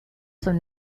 zum